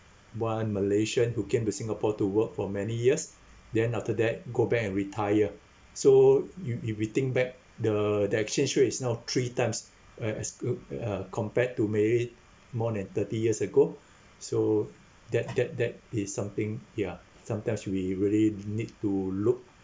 one malaysian who came to singapore to work for many years then after that go back and retire so you you rethink back the the exchange rate is now three times when exclude uh compared to maybe more than thirty years ago so that that that is something ya sometimes we really need to look